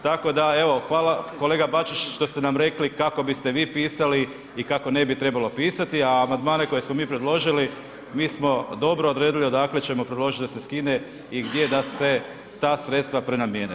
Tako da evo hvala kolega Bačić što ste nam rekli kako biste vi pisali i kako ne bi trebalo pisati, a amandmane koje smo mi predložili mi smo dobro odredili odakle ćemo predložit da se skine i gdje da se ta sredstva prenamijene.